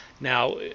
Now